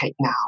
now